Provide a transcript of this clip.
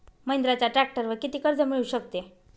महिंद्राच्या ट्रॅक्टरवर किती कर्ज मिळू शकते?